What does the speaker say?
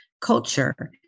culture